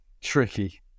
Tricky